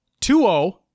2-0